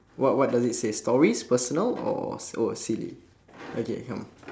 what what does it say stories personal or or silly okay come